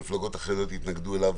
המפלגות החרדיות התנגדו אליו,